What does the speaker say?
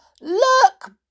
look